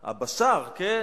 בשאר, כן,